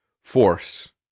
force